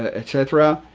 ah etc.